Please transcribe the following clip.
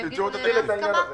שתוכלו לתקן את העניין הזה.